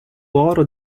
oro